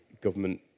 government